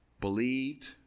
believed